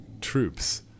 troops